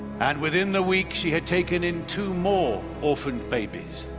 and within the week she had taken in two more orphaned babies,